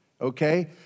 Okay